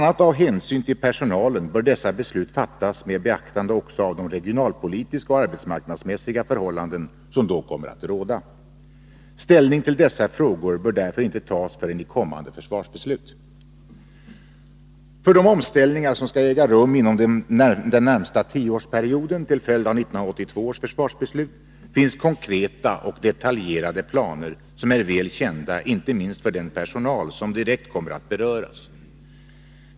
a. av hänsyn till personalen bör dessa beslut fattas med beaktande också av de regionalpolitiska och arbetsmarknadsmässiga förhållanden som då kommer att råda. Ställning till dessa frågor bör därför inte tas förrän i kommande försvarsbeslut. För de omställningar som skall äga rum inom den närmaste tioårsperioden till följd av 1982 års försvarsbeslut finns konkreta och detaljerade planer, som är väl kända inte minst för den personal som direkt kommer att beröras.